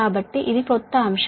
కాబట్టి ఇది క్రొత్త అంశం